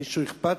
למישהו אכפת?